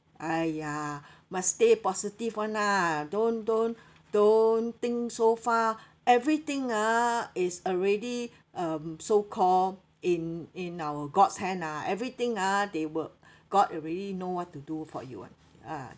!aiya! must stay positive [one] lah don't don't don't think so far everything ah is already um so-called in in our god's hand ah everything ah they will god already know what to do for you [one] ah